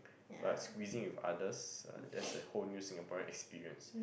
but squeezing with others uh that's the whole new Singaporean experience